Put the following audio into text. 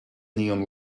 neon